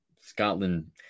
scotland